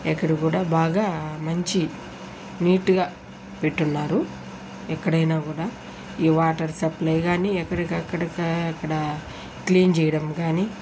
ఎక్కడ కూడా బాగా మంచి నీట్గా పెట్టున్నారు ఎక్కడైనా కూడా ఈ వాటర్ సప్లై కానీ ఎక్కడికక్కడ కాడా క్లీన్ చేయడం కానీ